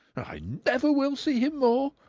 i never will see him more,